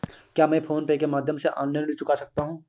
क्या मैं PhonePe के माध्यम से ऑनलाइन ऋण चुका सकता हूँ?